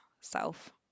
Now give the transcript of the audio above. self